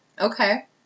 Okay